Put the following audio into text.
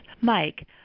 Mike